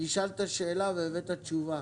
נשאלת שאלה והבאת תשובה.